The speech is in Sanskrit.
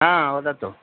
हा वदतु